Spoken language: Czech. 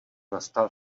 nastal